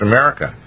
America